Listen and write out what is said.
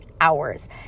hours